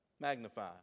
Magnify